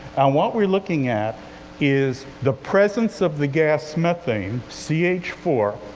and what we're looking at is the presence of the gas methane, c h four,